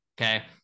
Okay